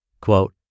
Quote